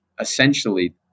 essentially